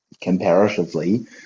comparatively